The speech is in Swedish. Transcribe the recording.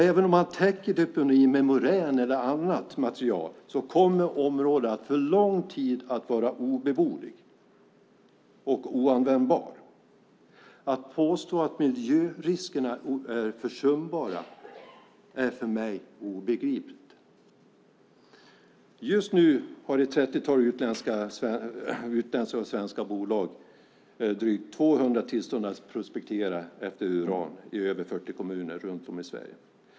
Även om man täcker deponin med morän eller annat material kommer området att vara obeboeligt och oanvändbart under lång tid. Att man kan påstå att miljöriskerna är försumbara är för mig obegripligt. Just nu har ett trettiotal utländska och svenska bolag drygt 200 tillstånd att prospektera efter uran i över 40 kommuner runt om i Sverige.